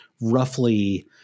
roughly